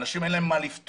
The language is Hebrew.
לאנשים אין מה לפתוח.